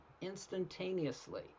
instantaneously